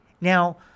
Now